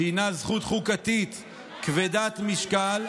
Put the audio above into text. שהיא זכות חוקתית כבדת משקל,